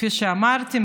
כפי שאמרתי,